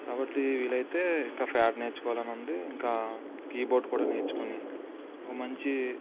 కాబట్టి వీలైతే ఇంకా ఫ్యాడ్ నేర్చుకోవాలని ఉంది ఇంకా కీబోర్డ్ కూడా నేర్చుకుని ఒక మంచి